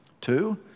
Two